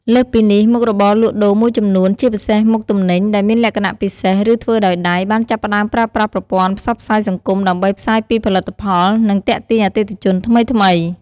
លើសពីនេះ មុខរបរលក់ដូរមួយចំនួន ជាពិសេសមុខទំនិញដែលមានលក្ខណៈពិសេស ឬធ្វើដោយដៃ បានចាប់ផ្ដើមប្រើប្រាស់ប្រព័ន្ធផ្សព្វផ្សាយសង្គម ដើម្បីផ្សាយពីផលិតផល និងទាក់ទាញអតិថិជនថ្មីៗ។